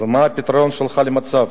ומה הפתרון שלך למצב?